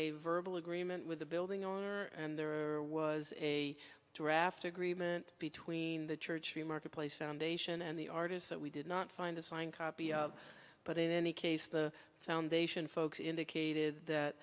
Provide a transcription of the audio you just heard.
a verbal agreement with the building owner and there was a draft agreement between the church the marketplace foundation and the artists that we did not find a signed copy of but in any case the foundation folks indicated that